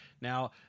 Now